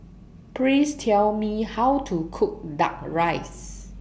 Please Tell Me How to Cook Duck Rice